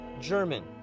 German